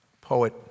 poet